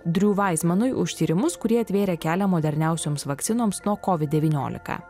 driu vaismanui už tyrimus kurie atvėrė kelią moderniausioms vakcinoms nuo kovid devyniolika